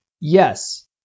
yes